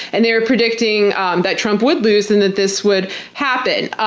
and they were predicting and that trump would lose and that this would happen.